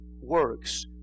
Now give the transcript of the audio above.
works